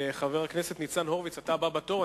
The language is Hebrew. חבר הכנסת ניצן הורוביץ, אתה הבא בתור.